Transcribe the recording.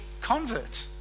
convert